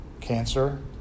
cancer